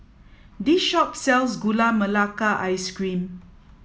this shop sells gula melaka ice cream